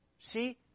See